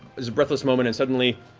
there's a breathless moment and suddenly